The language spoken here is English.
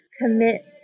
commit